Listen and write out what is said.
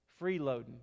Freeloading